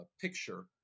picture